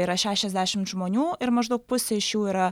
yra šešiasdešimt žmonių ir maždaug pusė iš jų yra